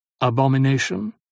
abomination